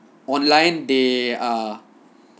online they are